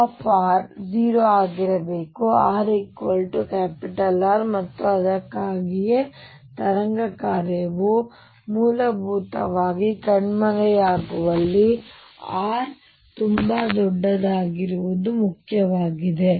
u 0 ಆಗಿರಬೇಕು r R ಮತ್ತು ಅದಕ್ಕಾಗಿಯೇ ತರಂಗ ಕಾರ್ಯವು ಮೂಲಭೂತವಾಗಿ ಕಣ್ಮರೆಯಾಗುವಲ್ಲಿ R ತುಂಬಾ ದೊಡ್ಡದಾಗಿರುವುದು ಮುಖ್ಯವಾಗಿದೆ